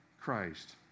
Christ